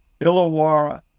Illawarra